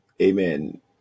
Amen